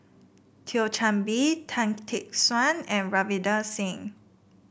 Thio Chan Bee Tan Tee Suan and Ravinder Singh